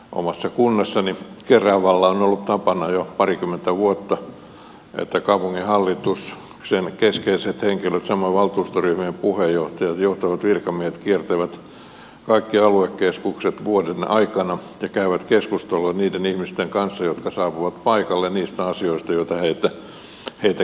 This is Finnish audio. omassa kunnassani keravalla on ollut tapana jo parikymmentä vuotta että kaupunginhallituksen keskeiset henkilöt samoin valtuustoryhmien puheenjohtajat ja johtavat virkamiehet kiertävät kaikki aluekeskukset vuoden aikana ja käyvät keskustelua niiden ihmisten kanssa jotka saapuvat paikalle niistä asioista jotka heitä kiinnostavat